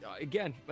Again